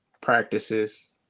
practices